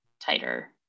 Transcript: tighter